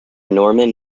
norman